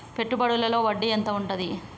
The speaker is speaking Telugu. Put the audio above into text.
పెట్టుబడుల లో వడ్డీ ఎంత ఉంటది?